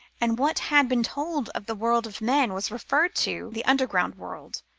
and what had been told of the world of men was referred to the underground world,